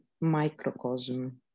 microcosm